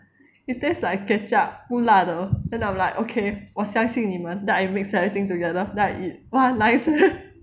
if tastes like ketchup 不辣的 then I'm like okay 我相信你们 then I mix everything together then I eat !wah! nice leh